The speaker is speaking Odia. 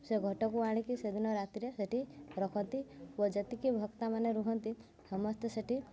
ସେ ଘଟକୁ ଆଣିକି ସେଦିନ ରାତିରେ ସେଇଠି ରଖନ୍ତି ଓ ଯେତିକି ଭକ୍ତମାନେ ରୁହନ୍ତି ସମସ୍ତେ ସେଇଠି